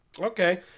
Okay